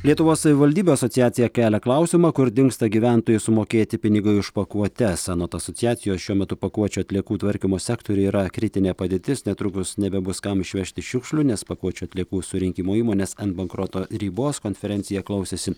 lietuvos savivaldybių asociacija kelia klausimą kur dingsta gyventojų sumokėti pinigai už pakuotes anot asociacijos šiuo metu pakuočių atliekų tvarkymo sektoriuje yra kritinė padėtis netrukus nebebus kam išvežti šiukšlių nes pakuočių atliekų surinkimo įmonės ant bankroto ribos konferenciją klausėsi